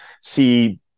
see